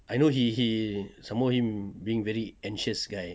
I know he he some more him being very anxious guy